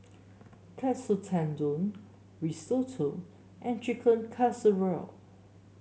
Katsu Tendon Risotto and Chicken Casserole